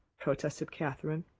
protested catherine.